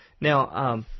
Now